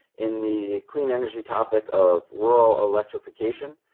in the clean energy topic of rural electrification,